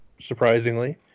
surprisingly